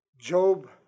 Job